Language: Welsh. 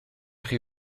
chi